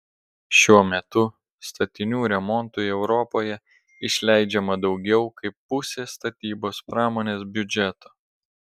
šiuo metu statinių remontui europoje išleidžiama daugiau kaip pusė statybos pramonės biudžeto